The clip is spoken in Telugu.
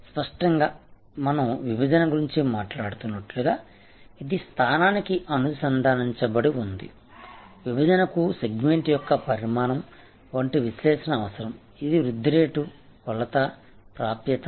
స్పష్టంగా మనం విభజన గురించి మాట్లాడుతున్నట్లుగా ఇది స్థానానికి అనుసంధానించబడి ఉంది విభజనకు సెగ్మెంట్ యొక్క పరిమాణం వంటి విశ్లేషణ అవసరం ఇది వృద్ధి రేటు కొలత ప్రాప్యత